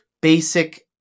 basic